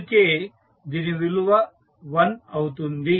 అందుకే దీని విలువ 1 అవుతుంది